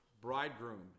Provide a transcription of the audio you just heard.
bridegroom